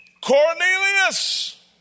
Cornelius